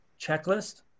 checklist